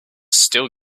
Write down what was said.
still